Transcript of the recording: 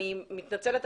אני מתנצלת,